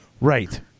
Right